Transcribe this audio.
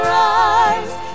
rise